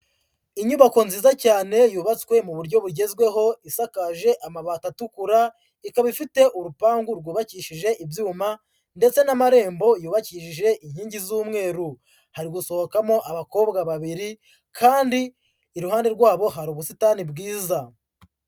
Inyubako nziza cyane yubatswe mu buryo bugezweho isakaje amabati atukura, ikaba ifite urupangu rwubakishije ibyuma ndetse n'amarembo yubakishije inkingi z'umweru. Hari gusohokamo abakobwa babiri kandi iruhande rwabo hari ubusitani bwiza.